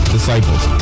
Disciples